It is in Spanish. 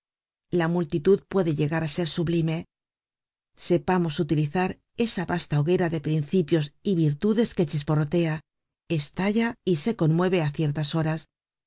la multitud puede llegar á ser sublime sepamos utilizar esa vasta hoguera de principios y de virtudes que chisporrotea estalla y se conmueve á ciertas horas